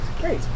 Great